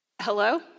Hello